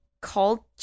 Culture